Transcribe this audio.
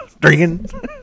Drinking